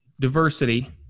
diversity